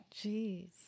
Jeez